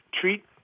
treat